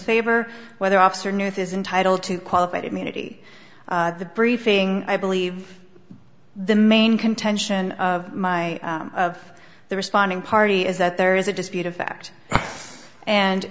favor whether officer news is entitle to qualified immunity the briefing i believe the main contention of my of the responding party is that there is a dispute of fact and